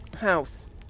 house